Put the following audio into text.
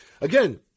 Again